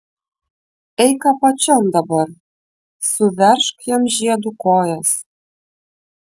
eik apačion dabar suveržk jam žiedu kojas